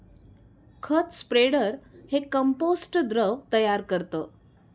खत स्प्रेडर हे कंपोस्ट द्रव तयार करतं